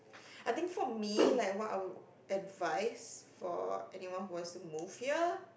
I think for me like what I would advice for anyone who wants to move here